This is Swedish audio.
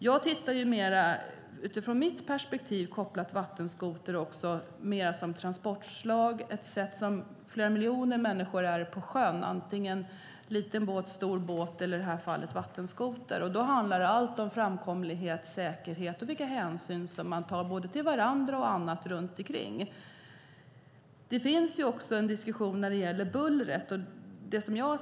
Jag tittar utifrån mitt perspektiv också på vattenskotern som transportslag. Flera miljoner människor är ute på sjön - på liten båt, stor båt eller i det här fallet vattenskoter. Då handlar det om framkomlighet, säkerhet och vilka hänsyn man tar till varandra och annat runt ikring. Det förs också en diskussion om buller.